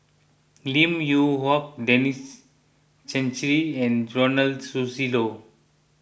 Lim Yew Hock Denis Santry and Ronald Susilo